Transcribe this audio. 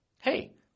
Hey